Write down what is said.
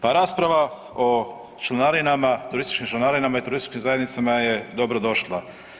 Pa rasprava o članarinama, turističkim članarinama i turističkim zajednicama je dobro došla.